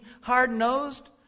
hard-nosed